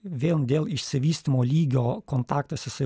vien dėl išsivystymo lygio kontaktas jisai